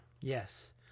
Yes